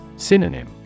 Synonym